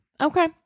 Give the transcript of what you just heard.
Okay